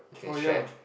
oh ya